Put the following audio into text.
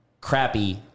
crappy